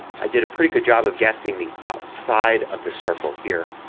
i did a pretty good job of guessing the outside of the circle here.